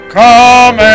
come